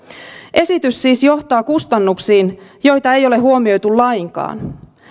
esitys siis johtaa kustannuksiin joita ei ole huomioitu lainkaan